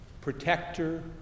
protector